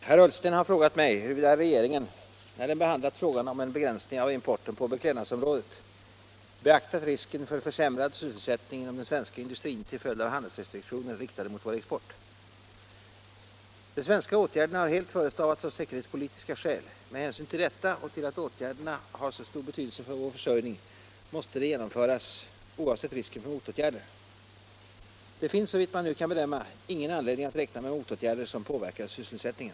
Herr talman! Herr Ullsten har frågat mig huruvida regeringen när den behandlat frågan om en begränsning av importen på beklädnadsområdet beaktat risken för försämrad sysselsättning inom den svenska industrin till följd av handelsrestriktioner riktade mot vår export. De svenska åtgärderna har helt förestavats av säkerhetspolitiska skäl. Med hänsyn till detta och till att åtgärderna har så stor betydelse för vår försörjning måste de genomföras oavsett risken för motåtgärder. Det finns, såvitt man nu kan bedöma, ingen anledning att räkna med motåtgärder som påverkar sysselsättningen.